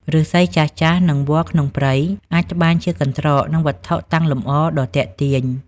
ឫស្សីចាស់ៗ និងវល្លិក្នុងព្រៃ អាចត្បាញជាកន្ត្រក និងវត្ថុតាំងលម្អដ៏ទាក់ទាញ។